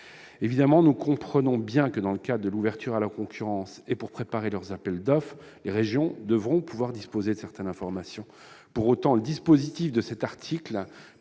ferroviaires. Nous comprenons bien que, dans le cadre de l'ouverture à la concurrence et pour préparer leurs appels d'offres, les régions devront pouvoir disposer de certaines informations. Pour autant, l'article